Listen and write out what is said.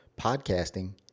podcasting